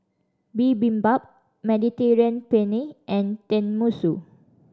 Bibimbap Mediterranean Penne and Tenmusu